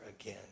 again